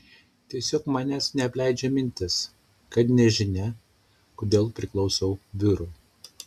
tiesiog manęs neapleidžia mintis kad nežinia kodėl priklausau biurui